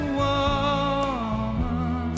woman